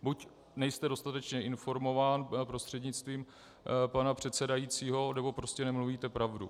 Buď nejste dostatečně informován, prostřednictvím pana předsedajícího, nebo prostě nemluvíte pravdu.